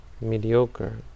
mediocre